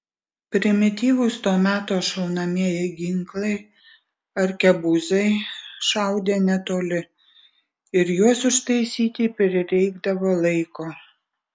primityvūs to meto šaunamieji ginklai arkebuzai šaudė netoli ir juos užtaisyti prireikdavo laiko